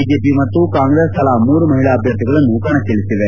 BJP ಮತ್ತು ಕಾಂಗ್ರೆಸ್ ತಲಾ ಮೂರು ಮಹಿಳಾ ಅಭ್ಯರ್ಥಿಗಳನ್ನು ಕಣಕ್ಕಳಿಸಿದೆ